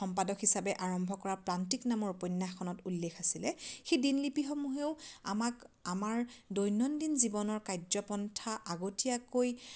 সম্পাদক হিচাপে আৰম্ভ কৰা প্ৰান্তিক নামৰ উপন্যাসখনত উল্লেখ আছিলে সেই দিনলিপিসমূহেও আমাক আমাৰ দৈনন্দিন জীৱনৰ কাৰ্যপন্থা আগতীয়াকৈ